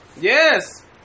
yes